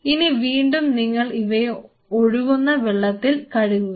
ഇനി വീണ്ടും നിങ്ങൾ ഇവയെ ഒഴുകുന്ന വെള്ളത്തിൽ കഴുകുക